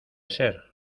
ser